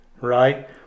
right